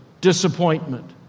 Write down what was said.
disappointment